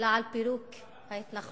אלא על פירוק ההתנחלויות.